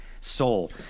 soul